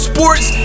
Sports